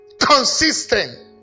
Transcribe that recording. Consistent